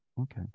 Okay